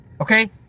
Okay